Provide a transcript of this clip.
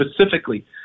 specifically